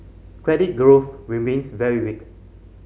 credit growth remains very weak